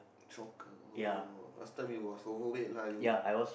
soccer oh last time you was overweight lah you